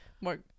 more